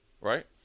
Right